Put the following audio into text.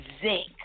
zinc